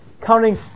counting